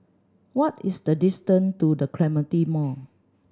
what is the distant to The Clementi Mall